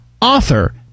author